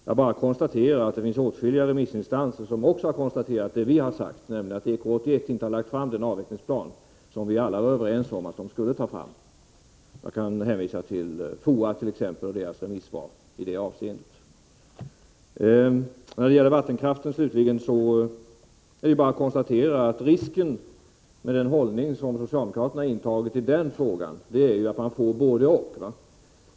Jag noterar att åtskilliga remissinstanser har konstaterat vad vi har sagt, nämligen att EK 81 inte har lagt fram den avvecklingsplan som vi alla var överens om att den skulle ta fram. Jag kan t.ex. hänvisa till Foas remissvar i det avseendet. När det slutligen gäller vattenkraften är det bara att konstatera att risken med den hållning som socialdemokraterna har intagit i den frågan är att man får både—-och.